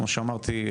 כמו שאמרתי,